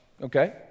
Okay